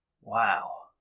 Wow